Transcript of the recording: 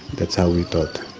that's how we thought.